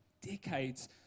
decades